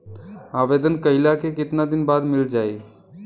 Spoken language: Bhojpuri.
आवेदन कइला के कितना दिन बाद मिल जाई?